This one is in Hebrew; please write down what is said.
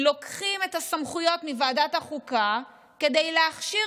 לוקחים את הסמכויות מוועדת החוקה כדי להכשיר